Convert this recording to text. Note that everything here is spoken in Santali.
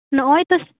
ᱱᱚᱜᱚᱭ ᱛᱚᱼ